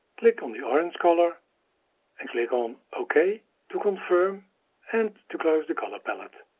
click on the orange color and click on okay to confirm and to close the color palette.